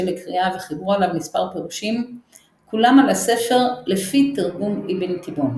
לקריאה וחיברו עליו מספר פירושים כולם על הספר לפי תרגום אבן תיבון.